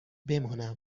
بمانم